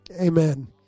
amen